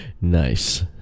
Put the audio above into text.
Nice